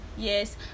yes